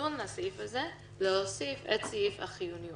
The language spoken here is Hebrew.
כאיזון לסעיף הזה, להוסיף את סעיף החיוניות.